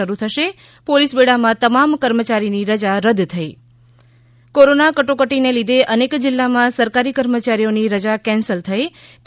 શરૂ થશે પોલીસ બેડા માં તમામ કર્મચારીની રજા રદ થઈ કોરોના કટોકટીને લીધે અનેક જિલ્લામાં સરકારી કર્મચારીઓની રજા કેન્સલ થઈ તો